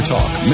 Talk